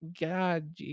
god